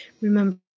Remember